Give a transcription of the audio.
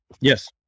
yes